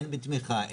הן בתמיכה,